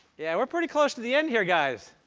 yeah we're pretty close to the end here, guys.